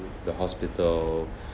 the hospital